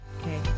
Okay